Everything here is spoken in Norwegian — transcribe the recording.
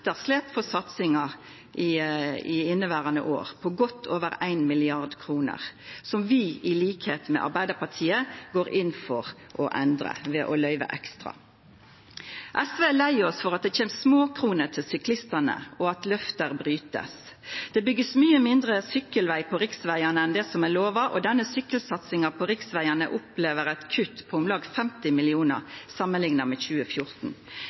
for satsingar i inneverande år på godt over 1 mrd. kr som vi, til liks med Arbeidarpartiet, går inn for å endra ved å løyva ekstra. I SV er vi lei oss for at det kjem småkroner til syklistane, og at løfte blir brotne. Det blir bygt mykje mindre sykkelveg på riksvegane enn det som er lova, og i sykkelsatsinga på riksvegane opplever ein eit kutt på om lag 50 mill. kr samanlikna med 2014.